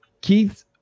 keith